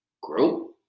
grow